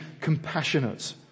compassionate